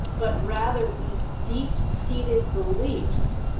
but rather these deep-seated beliefs,